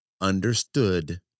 understood